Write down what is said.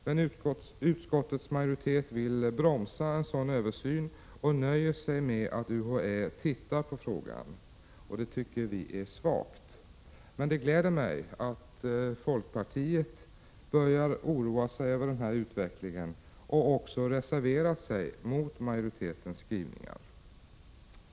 Men utskottets majoritet vill bromsa en sådan översyn och nöjer sig med att UHÄ tittar på frågan. Det tycker vi är svagt. Men det gläder mig att folkpartiet börjar oroa sig över den här utvecklingen och också har reserverat sig mot majoritetens skrivningar.